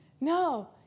No